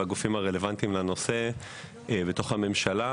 והגופים הרלוונטיים לנושא בתוך הממשלה.